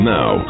Now